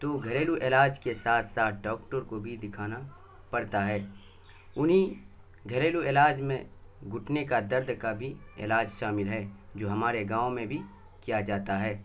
تو گھریلو علاج کے ساتھ ساتھ ڈاکٹر کو بھی دکھانا پڑتا ہے انہیں گھریلو علاج میں گھٹنے کا درد کا بھی علاج شامل ہے جو ہمارے گاؤں میں بھی کیا جاتا ہے